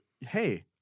hey